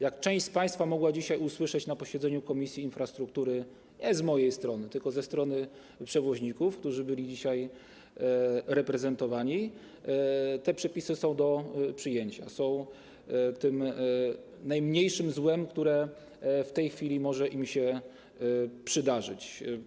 Jak część z państwa mogła dzisiaj usłyszeć na posiedzeniu Komisji Infrastruktury nie ode mnie, tylko od przewoźników, którzy byli dzisiaj tam reprezentowani, te przepisy są do przyjęcia, są najmniejszym złem, które w tej chwili może im się przydarzyć.